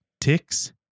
ticks